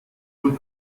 uhr